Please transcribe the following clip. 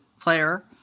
player